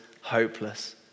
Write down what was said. hopeless